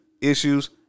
issues